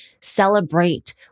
Celebrate